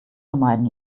vermeiden